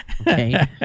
okay